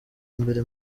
mbere